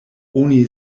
oni